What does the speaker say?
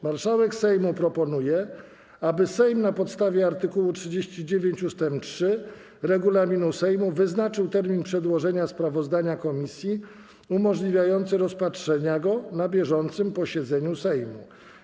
Marszałek Sejmu proponuje, aby Sejm na podstawie art. 39 ust. 3 regulaminu Sejmu wyznaczył termin przedłożenia sprawozdania komisji umożliwiający rozpatrzenie go na bieżącym posiedzeniu Sejmu.